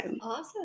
awesome